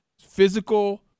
physical